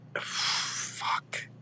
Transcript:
fuck